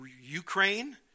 Ukraine